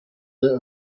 that